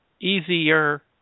easier